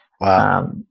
Wow